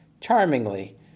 charmingly